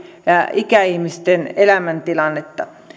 ikäihmisten elämäntilannetta